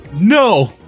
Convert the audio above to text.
No